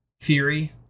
theory